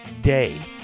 day